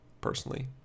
Personally